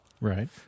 Right